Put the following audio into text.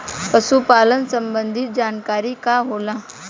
पशु पालन संबंधी जानकारी का होला?